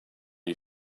you